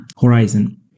Horizon